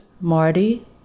Marty